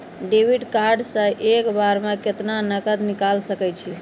Debit card से एक बार मे केतना नगद निकाल सके छी?